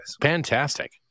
fantastic